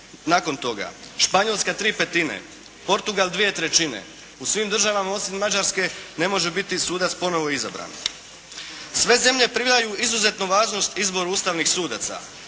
nakon toga, Španjolska tri petine, Portugal dvije trećine. U svim državama osim Mađarske ne može biti sudac ponovno izabran. Sve zemlje pridaju izuzetnu važnost izboru ustavnih sudaca,